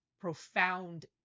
profound